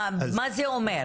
מה זה אומר?